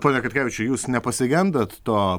pone katkevičiau jūs nepasigendat to